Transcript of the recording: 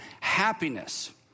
Happiness